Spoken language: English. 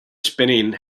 spinning